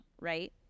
right